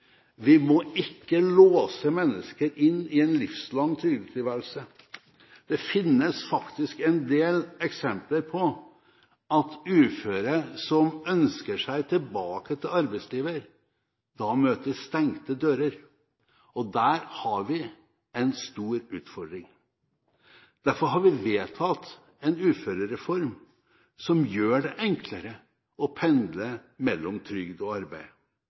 Vi må ikke låse mennesker inn i en livslang trygdetilværelse. Det finnes faktisk en del eksempler på at uføre som ønsker seg tilbake til arbeidslivet, møter stengte dører, og der har vi en stor utfordring. Derfor har vi vedtatt en uførereform som gjør det enklere å pendle mellom trygd og arbeid.